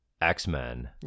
X-Men